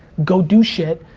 go do shit,